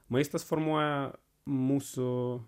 maistas formuoja mūsų